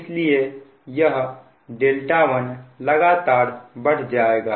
इसलिए यह δ1 लगातार बढ़ जाएगा